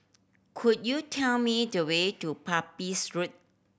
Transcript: could you tell me the way to Pepys Road